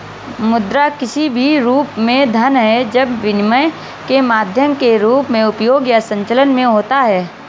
मुद्रा किसी भी रूप में धन है जब विनिमय के माध्यम के रूप में उपयोग या संचलन में होता है